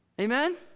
Amen